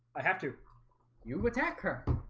i have to you attack her